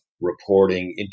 reporting